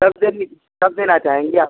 कब देंगे कब देना चाहेंगे आप